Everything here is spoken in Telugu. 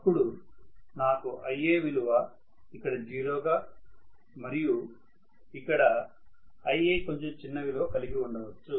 అప్పుడునాకు Ia విలువ ఇక్కడ జీరో గా మరియు ఇక్కడ Ia కొంచం చిన్న విలువ కలిగి ఉండవచ్చు